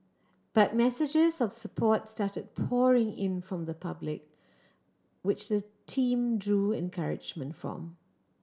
but messages of support started pouring in from the public which the team drew encouragement from